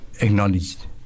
acknowledged